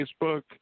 Facebook